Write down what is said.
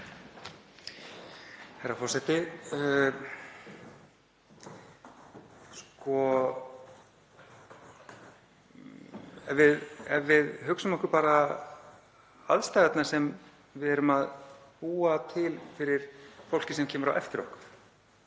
Herra forseti. Ef við hugsum okkur bara aðstæðurnar sem við erum að búa til fyrir fólkið sem kemur á eftir okkur,